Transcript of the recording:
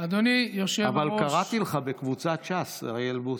אבל קראתי לך בקבוצת ש"ס, אוריאל בוסו.